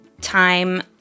time